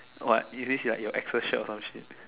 what is this like your ex's shirt or some shit